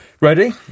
Ready